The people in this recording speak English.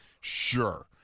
Sure